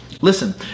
Listen